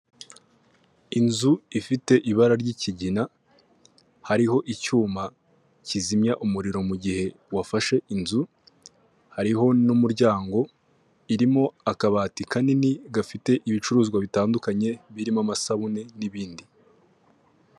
Inzu ifite ibara ry'ikigina hariho icyuma kizimya umuriro mugihe wafashe inzu hariho n'umuryango irimo akabati kanini gafite ibicuruzwa bitandukanye birimo amasabune n'ibindi .